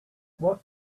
what